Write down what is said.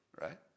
right